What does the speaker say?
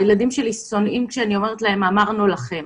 הילדים שונאים כשאני אומרת להם: אמרנו לכם.